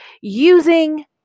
Using